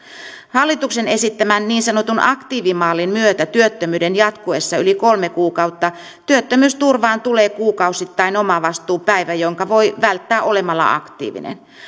hallituksen esittämän niin sanotun aktiivimallin myötä työttömyyden jatkuessa yli kolme kuukautta työttömyysturvaan tulee kuukausittain omavastuupäivä jonka voi välttää olemalla aktiivinen